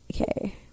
Okay